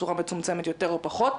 בצורה מצומצמת יותר או פחות.